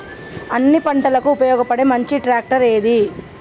అన్ని పంటలకు ఉపయోగపడే మంచి ట్రాక్టర్ ఏది?